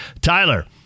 Tyler